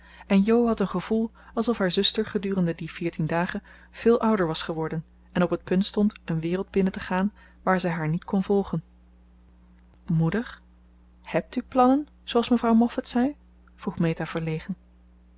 en jo had een gevoel alsof haar zuster gedurende die veertien dagen veel ouder was geworden en op het punt stond een wereld binnen te gaan waar zij haar niet kon volgen moeder hebt u plannen zooals mevrouw moffat zei vroeg meta verlegen